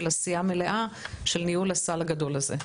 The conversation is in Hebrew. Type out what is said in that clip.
עשייה מלאה של ניהול הסל הגדול הזה.